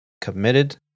committed